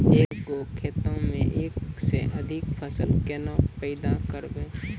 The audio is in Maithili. एक गो खेतो मे एक से अधिक फसल केना पैदा करबै?